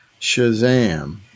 Shazam